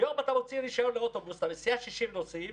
היום אתה מוציא רישיון לאוטובוס, שמסיע 60 נוסעים,